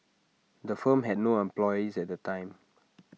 the firm had no employees at the time